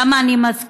למה אני מזכירה?